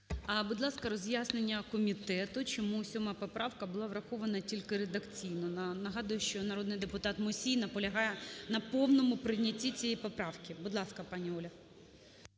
Будь ласка, роз'яснення комітету. Чому 7 поправка була врахована тільки редакційно. Нагадую, що народний депутат Мусій наполягає на повному прийнятті цієї поправки. Будь ласка, пані Оля.